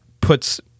puts